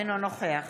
אינו נוכח